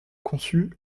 conçu